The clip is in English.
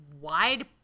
wide